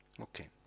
Okay